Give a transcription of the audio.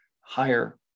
higher